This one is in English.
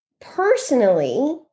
personally